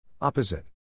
Opposite